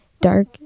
dark